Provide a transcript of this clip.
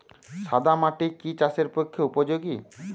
সাদা মাটি কি চাষের পক্ষে উপযোগী?